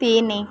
ତିନି